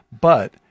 But-